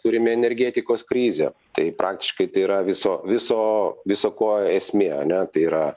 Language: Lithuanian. turime energetikos krizę tai praktiškai tai yra viso viso visa ko esmė ane tai yra